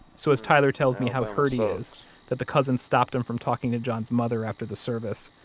so as tyler tells me how hurt he is that the cousins stopped him from talking to john's mother after the service,